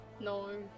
No